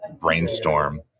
brainstorm